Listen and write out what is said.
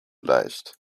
leicht